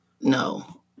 no